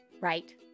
right